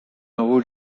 haut